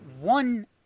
one